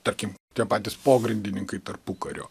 tarkim tie patys pogrindininkai tarpukario